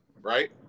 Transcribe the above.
right